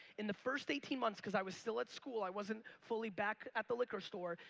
in the first eighteen months, cause i was still at school, i wasn't fully back at the liquor store,